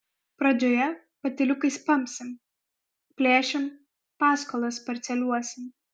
pradžioje patyliukais pampsim plėšim paskolas parceliuosim